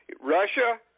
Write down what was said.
Russia